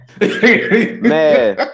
man